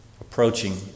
approaching